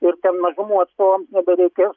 ir ten mažumų atstovams nebereikės